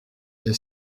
est